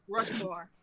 Rushmore